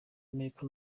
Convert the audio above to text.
amerika